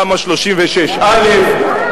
תמ"א 36א,